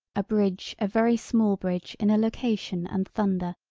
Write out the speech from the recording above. a bridge a very small bridge in a location and thunder,